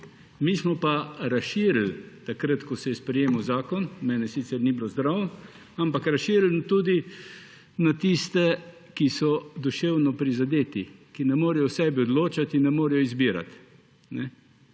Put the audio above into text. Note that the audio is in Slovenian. Mi smo pa razširili takrat, ko se je sprejemal zakon, mene sicer ni bilo zraven, tudi na tiste, ki so duševno prizadeti, ki ne morejo o sebi odločati in ne morejo izbirati.